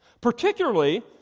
Particularly